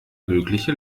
mögliche